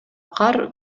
кар